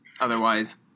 Otherwise